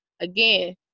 again